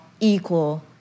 equal